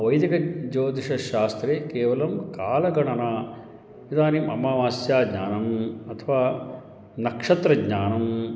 वैदिकज्योतिषशास्त्रे केवलं कालगणना इदानिं अमावास्या ज्ञानम् अथवा नक्षत्रज्ञानं